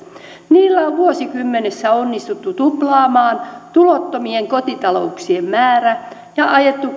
niillä on vuosikymmenessä onnistuttu tuplaamaan tulottomien kotitalouksien määrä ja